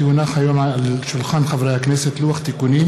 כי הונח היום על שולחן הכנסת לוח תיקונים